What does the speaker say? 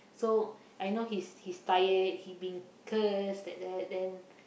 so I know he's he's tired he being cursed like that then